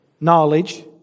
knowledge